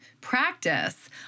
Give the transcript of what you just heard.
practice